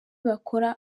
bakora